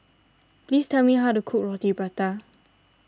please tell me how to cook Roti Prata